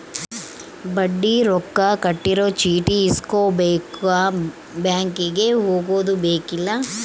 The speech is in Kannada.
ಬಡ್ಡಿ ರೊಕ್ಕ ಕಟ್ಟಿರೊ ಚೀಟಿ ಇಸ್ಕೊಂಬಕ ಬ್ಯಾಂಕಿಗೆ ಹೊಗದುಬೆಕ್ಕಿಲ್ಲ